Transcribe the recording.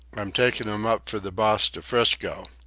i'm takin' m up for the boss to frisco.